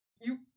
You-